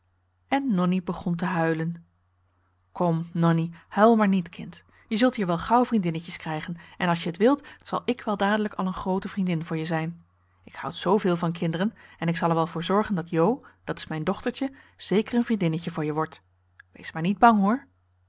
en nonnie begon te huilen kom nonnie huil maar niet kind je zult hier wel gauw vriendinnetjes krijgen en als je het wilt zal ik wel dadelijk al een groote vriendin voor je zijn ik houd zoo veel van kinderen en ik zal er wel voor zorgen dat jo dat is mijn dochtertje zeker een vriendinnetje voor je wordt wees maar niet bang hoor